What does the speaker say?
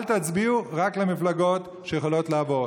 אל תצביעו, רק למפלגות שיכולות לעבור.